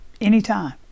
anytime